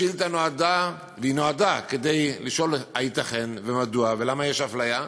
השאילתה באה כדי לשאול הייתכן ומדוע ולמה יש אפליה,